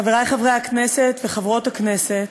חברי חברי הכנסת וחברות הכנסת,